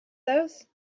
those